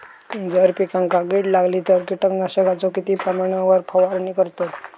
जर पिकांका कीड लागली तर कीटकनाशकाचो किती प्रमाणावर फवारणी करतत?